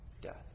death